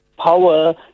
power